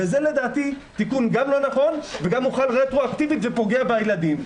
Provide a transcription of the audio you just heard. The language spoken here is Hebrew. לדעתי זה תיקון לא נכון וגם מוחל רטרואקטיבית ופוגע בילדים.